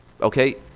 okay